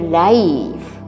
life